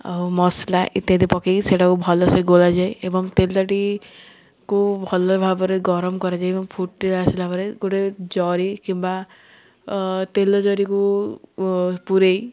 ଆଉ ମସଲା ଇତ୍ୟାଦି ପକାଇ ସେଟାକୁ ଭଲ ସେ ଗୋଳାଯାଏ ଏବଂ ତେଲଟିକୁ ଭଲ ଭାବରେ ଗରମ କରାଯାଏ ଏବଂ ଫୁଟି ଆସିଲା ପରେ ଗୋଟେ ଜରି କିମ୍ବା ତେଲ ଜରିକୁ ପୁରାଇ